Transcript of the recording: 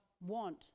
want